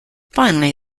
finally